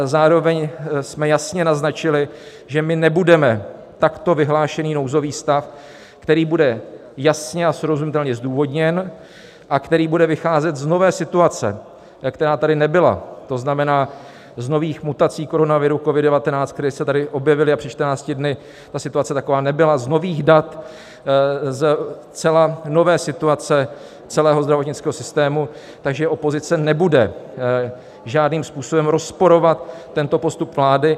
Zároveň jsme jasně naznačili, že nebudeme takto vyhlášený nouzový stav, který bude jasně a srozumitelně zdůvodněn a který bude vycházet z nové situace, která tady nebyla, to znamená z nových mutací koronaviru COVID19, které se tady objevily, a před 14 dny ta situace taková nebyla, z nových dat zcela nové situace celého zdravotnického systému, takže opozice nebude žádným způsobem rozporovat tento postup vlády.